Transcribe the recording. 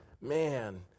man